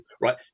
right